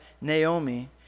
Naomi